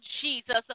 Jesus